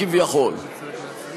כביכול.